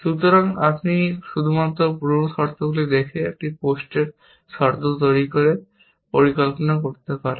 সুতরাং আপনি শুধুমাত্র পূর্ব শর্তগুলি দেখে এবং পোস্টের শর্ত তৈরি করে পরিকল্পনা তৈরি করতে পারেন